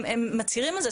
הם מצהירים על זה,